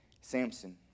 Samson